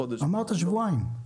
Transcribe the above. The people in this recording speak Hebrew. אמרת שבועיים.